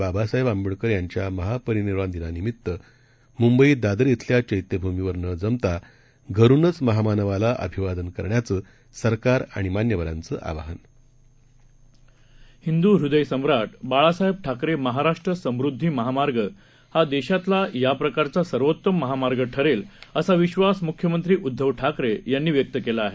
बाबासाहेब आंबेडकर यांच्या महापरिनिर्वाण दिनानिमित मुंबईत दादर इथल्या चैत्यभूमीवर न जमता घरुनच महामानवाला अभिवादन करण्याचं सरकार आणि मान्यवराचं आवाहन हिंदुहृदयसम्राटबाळासाहेबठाकरेमहाराष्ट्रसमृदधीमहामार्गहादेशातलायाप्रकारचासर्वोत्तममहामा र्गठरेल असाविश्वासम्ख्यमंत्रीउदधवठाकरेयांनीव्यक्तकेलाआहे